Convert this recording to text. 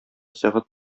сәгать